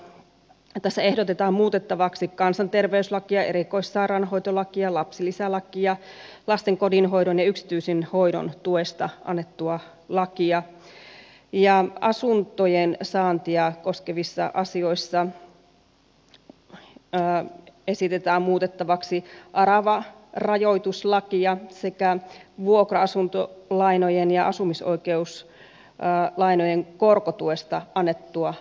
tässä ehdotetaan muutettavaksi kansanterveyslakia erikoissairaanhoitolakia lapsilisälakia lasten kotihoidon ja yksityisen hoidon tuesta annettua lakia ja asuntojen saantia koskevissa asioissa esitetään muutettavaksi aravarajoituslakia sekä vuokra asuntolainojen ja asumisoikeuslainojen korkotuesta annettua lakia